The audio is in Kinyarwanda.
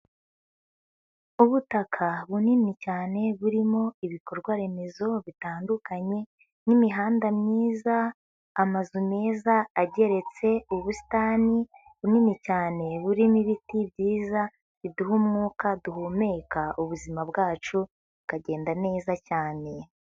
Ubutaka bunini cyane burimo ibikorwaremezo bitandukanye nk'imihanda myiza, amazu meza ageretse, ubusitani bunini cyane burimo ibiti byiza biduha umwuka duhumeka ubuzima bwacu bukagenda neza cyane.